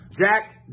Jack